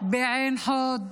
בעין חוד,